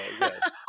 yes